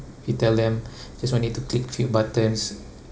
you tell them this one need to click few buttons